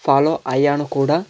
follow అయ్యాను కూడా